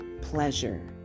pleasure